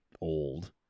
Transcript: old